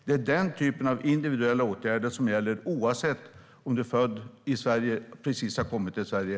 Det är den typen av individuella åtgärder som gäller oavsett om du är född i eller precis har kommit till Sverige.